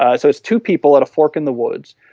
ah so, it's two people at a fork in the woods.